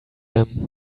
him